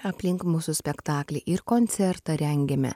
aplink mūsų spektaklį ir koncertą rengiame